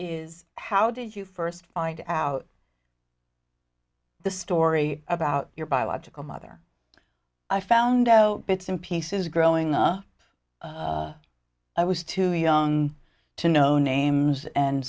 is how did you first find out the story about your biological mother i found out bits and pieces growing up i was too young to know names and